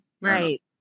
Right